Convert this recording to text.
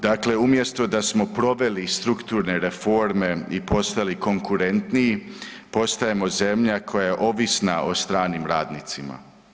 Dakle, umjesto da smo proveli strukturne reforme i postali konkurentniji, postajemo zemlja koja je ovisna o stranim radnicima.